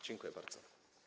Dziękuję bardzo.